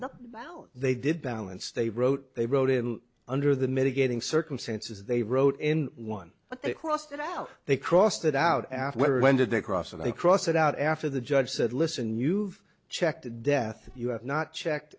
well they did balance they wrote they wrote in under the mitigating circumstances they wrote in one crossed out they crossed it out after when did they cross and they crossed it out after the judge said listen you've checked to death you have not checked